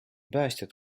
päästjad